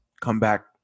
comeback